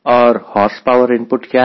और horsepower input क्या है